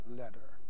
letter